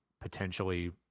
potentially